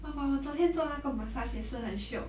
oh but 我昨天做那个 massage 也是很 shiok